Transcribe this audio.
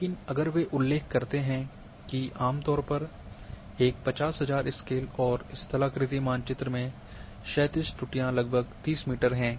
लेकिन अगर वे उल्लेख करते हैं कि आम तौर पर एक 50000 स्केल और स्थलाकृतिक मानचित्र में क्षैतिज त्रुटियां लगभग 30 मीटर हैं